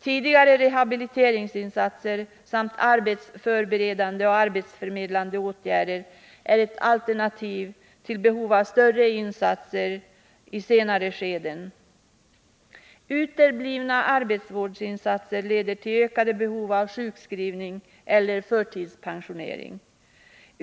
Tidigare rehabiliteringsinsatser samt arbetsförberedande och arbetsförmedlande åtgärder är ett alternativ till behov av större insatser i senare skeden. Uteblivna arbetsvårdsinsatser leder till behov av sjukskrivning eller förtidspensionering.